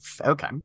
Okay